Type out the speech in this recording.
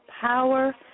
power